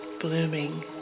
blooming